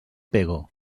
pego